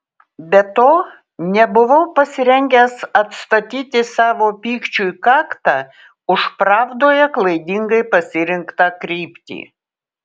be to nebuvau pasirengęs atstatyti jo pykčiui kaktą už pravdoje klaidingai pasirinktą kryptį